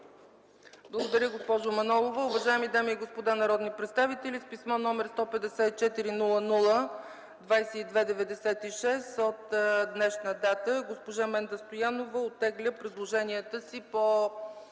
Благодаря Ви, госпожо Манолова.